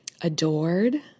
adored